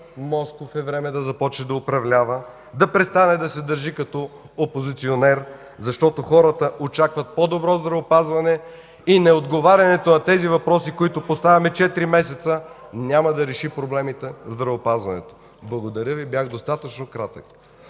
Москов да започне да управлява и да престане да се държи като опозиционер, защото хората очакват по-добро здравеопазване. Неотговарянето на тези въпроси, които поставяме четири месеца, няма да реши проблемите в здравеопазването. Благодаря Ви, бях достатъчно кратък.